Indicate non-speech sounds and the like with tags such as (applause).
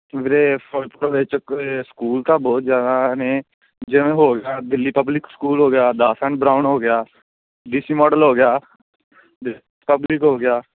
ਵੀਰੇ ਫਿਰੋਜ਼ਪੁਰ ਵਿੱਚ ਕ ਸਕੂਲ ਤਾਂ ਬਹੁਤ ਜ਼ਿਆਦਾ ਨੇ ਜਿਵੇਂ ਹੋ ਗਿਆ ਦਿੱਲੀ ਪਬਲਿਕ ਸਕੂਲ ਹੋ ਗਿਆ ਦਾਸ ਐਂਡ ਬਰਾਊਨ ਹੋ ਗਿਆ ਡੀ ਸੀ ਮਾਡਲ ਹੋ ਗਿਆ (unintelligible) ਪਬਲਿਕ ਹੋ ਗਿਆ